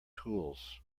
tools